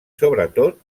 sobretot